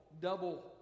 double